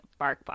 BarkBox